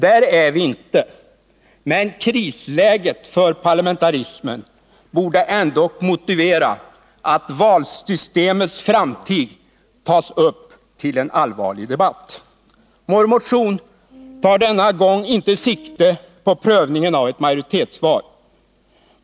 Där är vi inte, men krisläget för parlamentarismen borde ändock motivera att frågan om valsystemets framtid tas upp till en allvarlig debatt. Vår motion tar denna gång inte sikte på prövningen av ett majoritetsval.